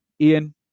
ian